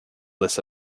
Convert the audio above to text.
les